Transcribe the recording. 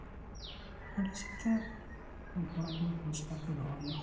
ᱡᱟᱦᱟᱸᱛᱤᱱᱟᱹᱜ ᱜᱮ ᱯᱚᱨᱤᱥᱠᱟᱨ ᱠᱚ ᱫᱚᱦᱚ ᱢᱮᱱᱟᱜ